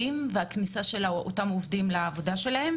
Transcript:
והכניסה של אותם עובדים לעבודתם,